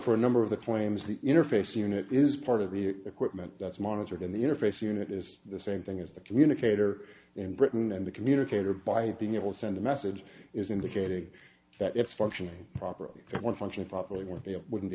for a number of the claims the interface unit is part of the equipment that's monitored in the interface unit is the same thing as the communicator in britain and the communicator by being able to send a message is indicating that it's functioning properly when functioning properly or you wouldn't be